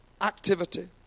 Activity